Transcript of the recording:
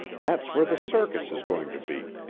that's where the circus is going to be,